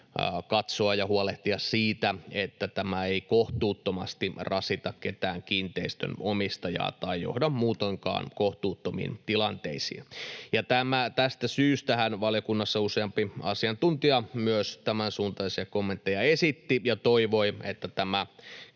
katsoa ja huolehtia siitä, että tämä ei kohtuuttomasti rasita ketään kiinteistön omistajaa tai johda muutoinkaan kohtuuttomiin tilanteisiin. Tästä syystähän valiokunnassa useampi asiantuntija myös tämänsuuntaisia kommentteja esitti ja toivoi, että tämä